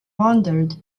wondered